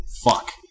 fuck